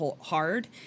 hard